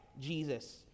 Jesus